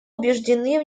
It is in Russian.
убеждены